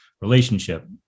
relationship